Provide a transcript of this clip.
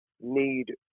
need